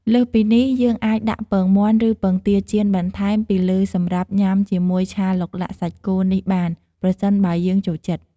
លើសពីនេះ យើងអាចដាក់ពងមាន់ឬពងទាចៀនបន្ថែមពីលើសម្រាប់ញ៉ាំជាមួយឆាឡុកឡាក់សាច់គោនេះបាន ប្រសិនបើយើងចូលចិត្ត។